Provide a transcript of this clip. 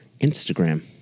Instagram